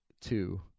two